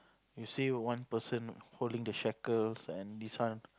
you say one person holding the shackles and this one